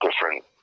different